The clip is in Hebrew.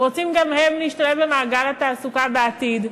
גם הם רוצים להשתלב במעגל התעסוקה בעתיד,